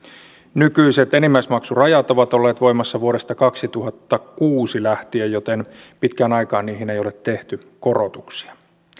nykyiset enimmäismaksurajat ovat olleet voimassa vuodesta kaksituhattakuusi lähtien joten pitkään aikaan niihin ei ole tehty korotuksia